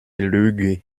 lüge